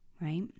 right